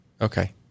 Okay